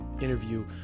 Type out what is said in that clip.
interview